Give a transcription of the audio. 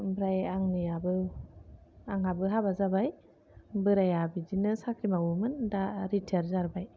ओमफ्राय आंनियाबो आंहाबो हाबा जाबाय बोराइया बिदिनो साख्रि मावोमोन दा रिथायार जाबाय